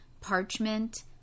Parchment